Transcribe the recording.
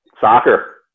Soccer